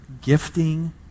gifting